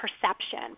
perception